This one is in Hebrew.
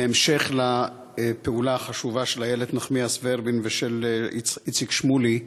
בהמשך לפעולה החשובה של איילת נחמיאס ורבין ושל איציק שמולי,